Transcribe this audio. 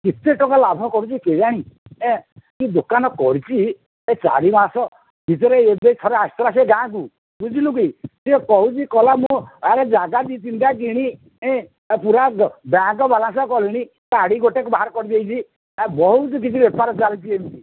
କେତେ ଟଙ୍କା ଲାଭ କରୁଛି କେଜାଣି ଏ କି ଦୋକାନ କରିଛି ଏ ଚାରି ମାସ ଭିତରେ ଏବେ ଥରେ ଆସିଥିଲା ସେ ଗାଁକୁ ବୁଝିଲୁ କି ସେ କହୁଛି କହିଲା ମୋ ଆରେ ଜାଗା ଦୁଇ ତିନିଟା କିଣି ପୁରା ବ୍ୟାଙ୍କ୍ ବାଲାନ୍ସ କରିକି ଗାଡ଼ି ଗୋଟେ ବାହାର କରିଦେଇଛି ବହୁତ କିଛି ବେପାର ଚାଲିଛି ଏମିତି